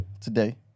today